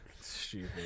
stupid